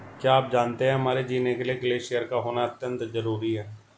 क्या आप जानते है हमारे जीने के लिए ग्लेश्यिर का होना अत्यंत ज़रूरी है?